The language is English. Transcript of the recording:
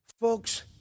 Folks